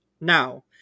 Now